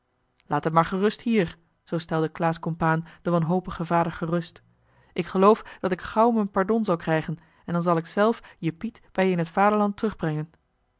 laat hem maar gerust hier zoo stelde claes compaen den wanhopigen vader gerust ik geloof dat ik gauw m'n pardon zal krijgen en dan zal ik zelf je piet bij je in t vaderland